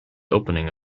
opening